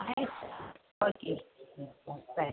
ಆಯಿತು ಓಕೆ ಹ್ಞೂ ಹ್ಞೂ ಬಾಯ್